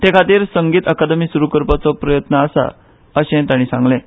ते खातीर संगीत अकादमी सुरू करपाचो प्रस्ताव आसा अशेंय तांणी सांगलें